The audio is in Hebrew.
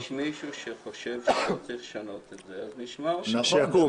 אם יש מישהו שחושב שלא צריך לשנות את זה אז נשמע את דעתם.